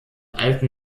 alten